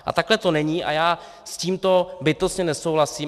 A takhle to není a já s tímto bytostně nesouhlasím.